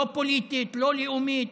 לא פוליטית ולא לאומית,